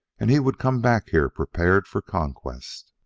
and he would come back here prepared for conquest.